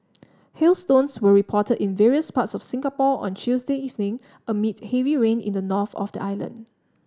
hailstones were reported in various parts of Singapore on Tuesday evening amid heavy rain in the north of the island